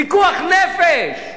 פיקוח נפש,